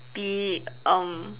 be um